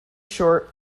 short